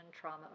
trauma